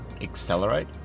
accelerate